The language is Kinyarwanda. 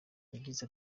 yagize